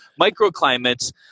Microclimates